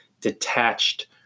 detached